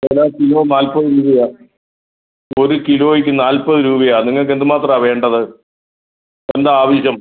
ഇവിടെ കിലോ നാൽപ്പത് രൂപയാണ് ഒരു കിലോയ്ക്ക് നാൽപ്പത് രൂപയാണ് നിങ്ങൾക്ക് എന്ത് മാത്രമാണ് വേണ്ടത് എന്താ ആവശ്യം